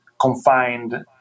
confined